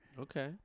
Okay